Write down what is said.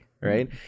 right